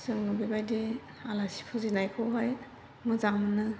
जोङो बेबायदि आलासि फुजिनायखौहाय मोजां मोनो